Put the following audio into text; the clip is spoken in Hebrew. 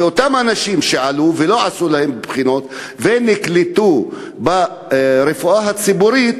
אותם אנשים שעלו ולא עשו להם בחינות והם נקלטו ברפואה הציבורית,